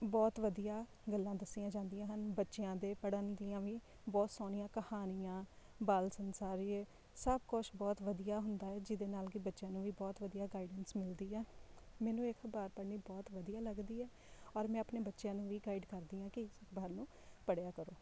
ਬਹੁਤ ਵਧੀਆ ਗੱਲਾਂ ਦੱਸੀਆਂ ਜਾਂਦੀਆਂ ਹਨ ਬੱਚਿਆਂ ਦੇ ਪੜ੍ਹਨ ਦੀਆਂ ਵੀ ਬਹੁਤ ਸੋਹਣੀਆਂ ਕਹਾਣੀਆਂ ਬਾਲ ਸੰਸਾਰੀਏ ਸਭ ਕੁਛ ਬਹੁਤ ਵਧੀਆ ਹੁੰਦਾ ਜਿਹਦੇ ਨਾਲ ਕਿ ਬੱਚਿਆਂ ਨੂੰ ਵੀ ਬਹੁਤ ਵਧੀਆ ਗਾਈਡੈਂਸ ਮਿਲਦੀ ਆ ਮੈਨੂੰ ਅਖਬਾਰ ਪੜ੍ਹਨੀ ਬਹੁਤ ਵਧੀਆ ਲੱਗਦੀ ਹੈ ਔਰ ਮੈਂ ਆਪਣੇ ਬੱਚਿਆਂ ਨੂੰ ਵੀ ਗਾਈਡ ਕਰਦੀ ਹਾਂ ਕਿ ਇਸ ਅਖਬਾਰ ਨੂੰ ਪੜ੍ਹਿਆ ਕਰੋ